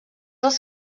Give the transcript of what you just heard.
els